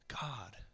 God